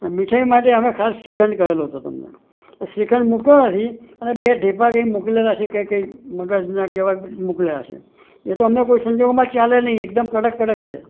ને મીઠાઈ માટે અમે ખાસ શ્રીખંડ કહેલો હતો તમને એ શ્રીખંડ મુક્યો નથી અને બે ઢેફાં કાંઇ મોકલેલાં છે કે કંઇ મગસનાં કે એવા કંઈ મોકલ્યાં છે એ તો અમને કોઈ સંજોગોમાં ચાલે નહીં એકદમ કડક કડક છે